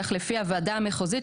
כך לפי הוועדה המחוזית,